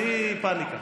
בלי פניקה.